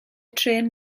trên